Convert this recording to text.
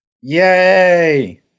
Yay